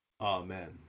Amen